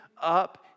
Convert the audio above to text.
up